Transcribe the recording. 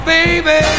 Baby